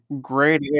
great